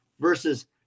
versus